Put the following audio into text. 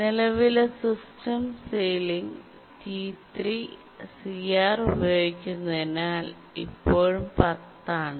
നിലവിലെ system sealing T3 CR ഉപയോഗിക്കുന്നതിനാൽ ഇപ്പോഴും 10 ആണ്